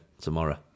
tomorrow